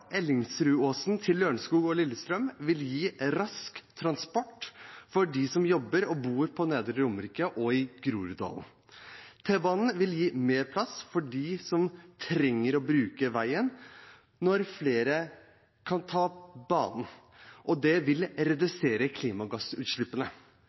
Ellingsrudåsen til Lørenskog og Lillestrøm vil gi rask transport for de som jobber og bor på Nedre Romerike og i Groruddalen. T-banen vil gi mer plass på veien for de som trenger å bruke den, når flere kan ta banen, og det vil